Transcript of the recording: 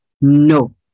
no